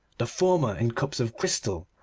the former in cups of crystal,